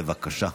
בבקשה.